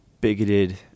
bigoted